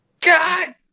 God